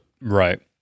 Right